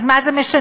אז מה זה משנה?